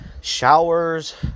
showers